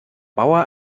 bauer